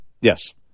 Yes